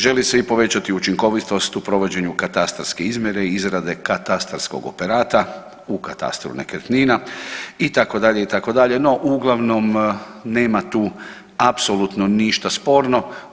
Želi se i povećati učinkovitost u provođenju katastarske izmjere i izrade katastarskog operata u katastru nekretnina itd., itd., no uglavnom nema tu apsolutno ništa sporno.